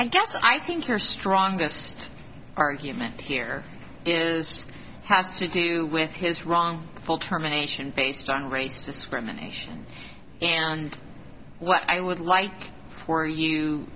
guess i think your strongest argument here is has to do with his wrong full terminations based on race discrimination and what i would like for you